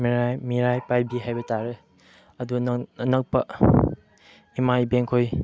ꯃꯩꯔꯥ ꯄꯥꯏꯕꯤ ꯍꯥꯏꯕꯇꯥꯔꯦ ꯑꯗꯨ ꯑꯅꯛꯄ ꯏꯃꯥ ꯏꯕꯦꯟꯈꯣꯏ